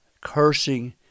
cursing